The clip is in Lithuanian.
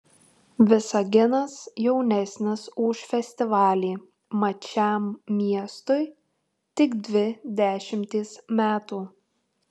visaginas jaunesnis už festivalį mat šiam miestui tik dvi dešimtys metų